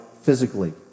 physically